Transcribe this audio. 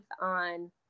on